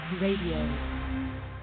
Radio